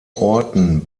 orten